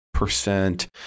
Percent